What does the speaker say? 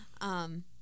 Um-